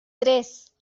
tres